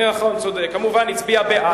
נכון, צודק, כמובן הצביעה בעד.